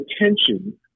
attention